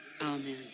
amen